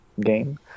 game